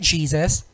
Jesus